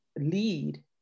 lead